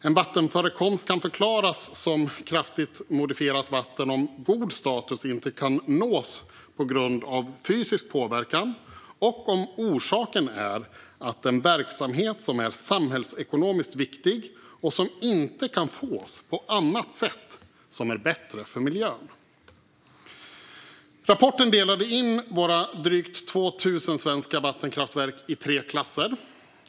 En vattenförekomst kan förklaras som kraftigt modifierat vatten om god status inte kan nås på grund av fysisk påverkan och om orsaken är att den verksamhet som är samhällsekonomiskt viktig inte kan fås på annat sätt som är bättre för miljön. Rapporten delade in våra drygt 2 000 svenska vattenkraftverk i tre klasser.